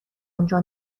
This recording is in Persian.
آنجا